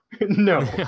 no